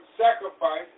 sacrifice